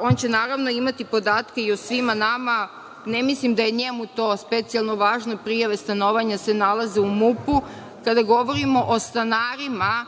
on će naravno imati podatke i o svima nama. Ne mislim da je njemu to specijalno važno, prijave stanovanja se nalaze u MUP-u. Kada govorimo o stanarima,